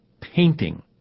Painting